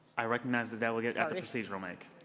i recognize the delegate at the procedural mic.